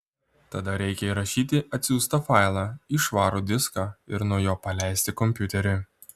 tada reikia įrašyti atsiųstą failą į švarų diską ir nuo jo paleisti kompiuterį